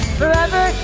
forever